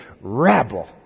rabble